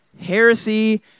heresy